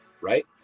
right